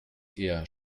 eher